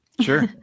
Sure